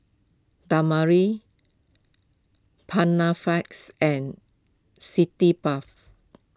Dermale Panaflex and city Bath